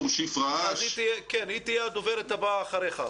היא תהיה הדוברת הבאה אחריך.